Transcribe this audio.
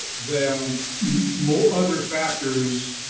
than you know other factors